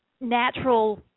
natural